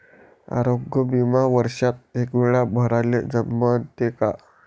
आरोग्य बिमा वर्षात एकवेळा भराले जमते का?